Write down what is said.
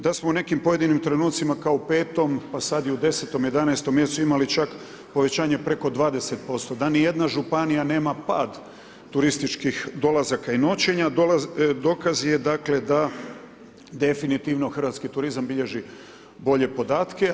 Da smo u nekim pojedinim trenucima kao u 5., pa sad i u 10., 11. mjesecu imali čak povećanje preko 20%, da ni jedna županija nema pad turističkih dolazaka i noćenja, dokaz je dakle da definitivno hrvatski turizam bilježi bolje podatke.